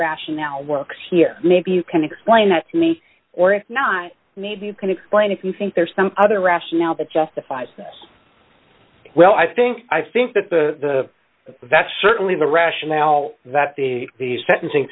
rationale works here maybe you can explain that to me or if not maybe you can explain if you think there's some other rationale that justifies well i think i think that the the that's certainly the rationale that the sentencing